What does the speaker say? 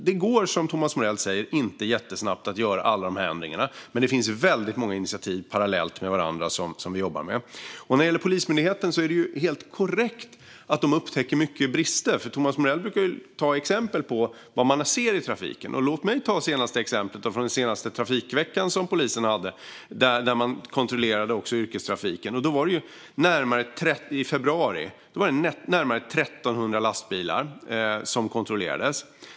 Det går, som Thomas Morell säger, inte jättesnabbt att göra alla de ändringarna. Det finns väldigt många initiativ som vi jobbar med parallellt. När det gäller Polismyndigheten är det helt korrekt att den upptäcker många brister. Thomas Morell brukar ta exempel på vad man ser i trafiken. Låt mig ta senaste exemplet från den senaste trafikveckan i februari som polisen hade där man kontrollerade yrkestrafiken. Det var närmare 1 300 lastbilar som kontrollerades.